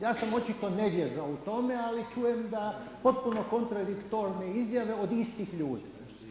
Ja sam očito nevjeran u tome, ali čujem da potpuno kontradiktorne izjave od istih ljudi.